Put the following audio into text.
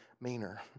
meaner